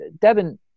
Devin